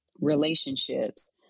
relationships